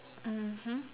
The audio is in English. mmhmm